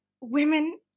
women